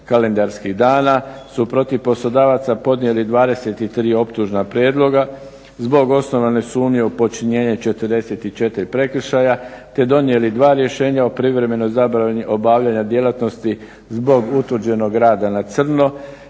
kalendarskih dana su protiv poslodavaca podnijeli 23 optužna prijedloga zbog osnovane sumnje u počinjenje 44 prekršaja te donijeli 2 rješenja o privremenoj zabrani obavljanja djelatnosti zbog utvrđenog rada na crno.